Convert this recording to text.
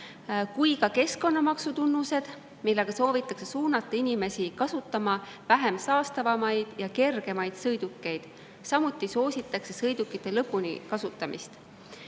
kui ka keskkonnamaksu tunnused, sest soovitakse suunata inimesi kasutama vähem saastavaid ja kergemaid sõidukeid. Samuti soositakse sõidukite lõpuni kasutamist.